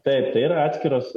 taip tai yra atskiros